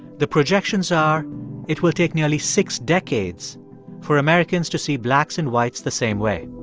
the projections are it will take nearly six decades for americans to see blacks and whites the same way.